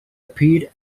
appeared